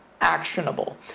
actionable